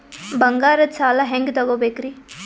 ಬಂಗಾರದ್ ಸಾಲ ಹೆಂಗ್ ತಗೊಬೇಕ್ರಿ?